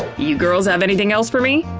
you girls have anything else for me?